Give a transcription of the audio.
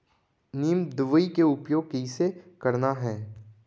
नीम दवई के उपयोग कइसे करना है?